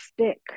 stick